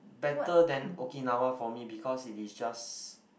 better than Okinawa for me because it is just